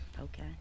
Okay